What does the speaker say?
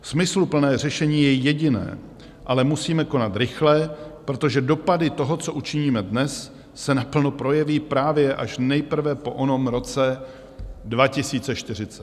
Smysluplné řešení je jediné, ale musíme konat rychle, protože dopady toho, co učiníme dnes, se naplno projeví právě až nejprve po onom roce 2040.